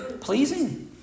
pleasing